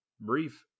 brief